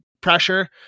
pressure